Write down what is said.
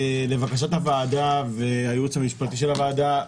לבקשת הוועדה והייעוץ המשפטי של הוועדה,